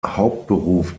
hauptberuf